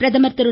பிரதமர் திரு